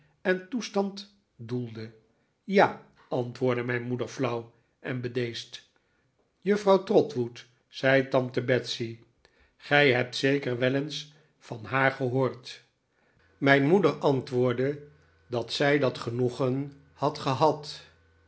en toestahd doelde ja antwoordde mijn moeder flauw en bedeesd juffrouw trotwood zei tante betsey gij hebt zeker wel eens van haar gehoord mijn moeder antwoordde dat zij dat genoegen had gehad